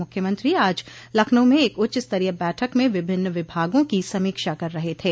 मुख्यमंत्री आज लखनऊ में एक उच्चस्तरीय बैठक में विभिन्न विभागों की समीक्षा कर रहे थे